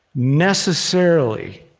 necessarily,